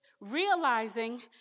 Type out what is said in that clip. realizing